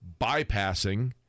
bypassing